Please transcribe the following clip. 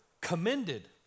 commended